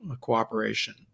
cooperation